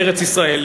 בארץ-ישראל,